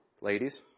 ladies